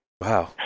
wow